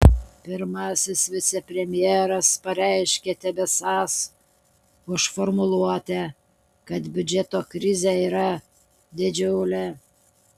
pirmasis vicepremjeras pareiškė tebesąs už formuluotę kad biudžeto krizė yra didžiulė